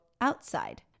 outside